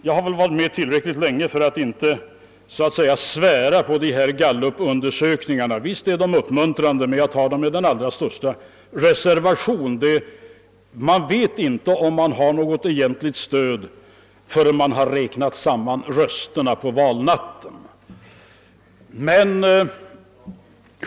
Jag har varit med tillräckligt länge för att inte vilja svära på gallupundersökningarnas utslag. Visst är siffrorna uppmuntrande, men jag tar dem med den största reservation. Inte förrän rösterna har räknats samman på valnatten vet man om man har något egentligt stöd.